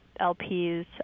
LPs